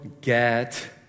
get